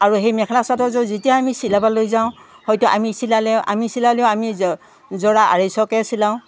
আৰু সেই মেখেলা চাদৰযোৰ যেতিয়া আমি চিলাব লৈ যাওঁ হয়তো আমি চিলালেও আমি চিলালেও আমি জ যোৰা আঢ়ৈশকৈ চিলাওঁ